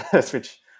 switch